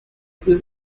ist